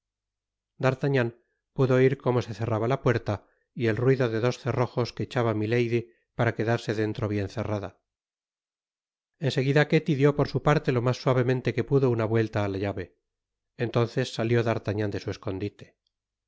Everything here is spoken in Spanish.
d'artagnan pudo oir como se cerraba la puerta y el ruido de dos cerrojos que echaba milady para quedarse dentro bien cerrada en seguida ketty dió por su parte lo mas suavemente que pudo una vuelta á la llave entonces salió d'artagnan de su escondite ay